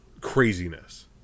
craziness